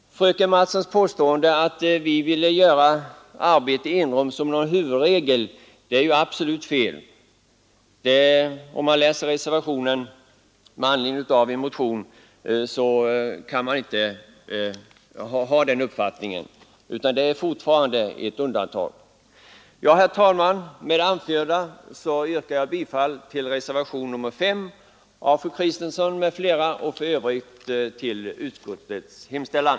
Fröken Mattsons påstående, att vi vill göra arbete i enrum till en huvudregel, är absolut felaktigt. Om man läser reservationen med anledning av motionen 1600, kan man bilda sig den riktiga uppfattningen. Det rör sig fortfarande om ett undantag. Herr talman! Med det anförda yrkar jag bifall till reservationen 5 av fru Kristensson m.fl. och i övrigt till utskottets hemställan.